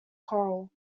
coral